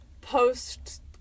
post